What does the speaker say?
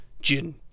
Jin